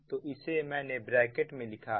तो इसे मैंने ब्रैकेट में लिखा है